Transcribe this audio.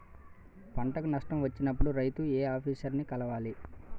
పంటకు నష్టం వచ్చినప్పుడు రైతు ఏ ఆఫీసర్ ని కలవాలి?